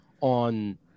on